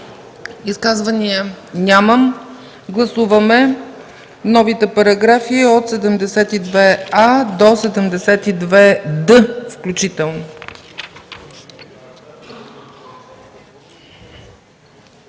Изказвания? Няма. Гласуваме новите параграфи от 72а до 72д, включително.